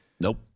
Nope